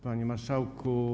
Panie Marszałku!